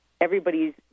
everybody's